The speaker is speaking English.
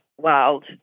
wild